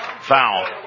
foul